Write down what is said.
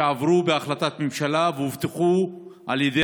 שעברו בהחלטת ממשלה והובטחו על ידי